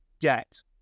get